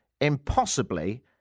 impossibly